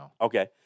Okay